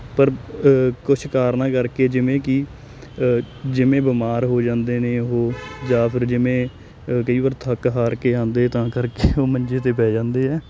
ਪਰ ਕੁਛ ਕਾਰਨਾਂ ਕਰਕੇ ਜਿਵੇਂ ਕਿ ਜਿਵੇਂ ਬਿਮਾਰ ਹੋ ਜਾਂਦੇ ਨੇ ਉਹ ਜਾਂ ਫਿਰ ਜਿਵੇਂ ਕਈ ਵਾਰ ਥੱਕ ਹਾਰ ਕੇ ਆਉਂਦੇ ਤਾਂ ਕਰਕੇ ਉਹ ਮੰਜੇ 'ਤੇ ਪੈ ਜਾਂਦੇ ਹੈ